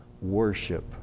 worship